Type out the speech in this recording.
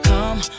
Come